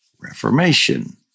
reformation